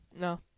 No